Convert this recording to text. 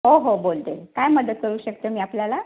हो हो बोलते काय मदत करू शकते मी आपल्याला